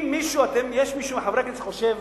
יש מישהו מחברי הכנסת שחושב